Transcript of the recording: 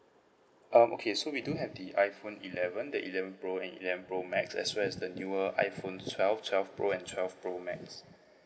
um okay so we do have the iPhone eleven the eleven pro and eleven pro max as well as the newer iPhones twelve twelve pro and twelve pro max